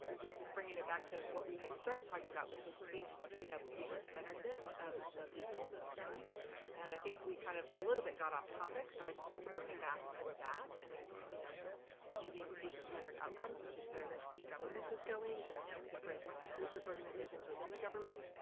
this is bringing it back to what we had started talking about which was patient you know patient centeredness of the research that's done and i think we kind of a little bit got off topic. so i just wanted to bring it back to that and and you know using patient-centered outcomes which is where the government is going and and different research organizations within the government,